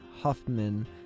huffman